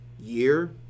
year